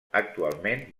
actualment